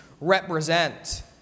represent